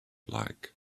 like